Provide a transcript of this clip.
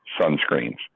sunscreens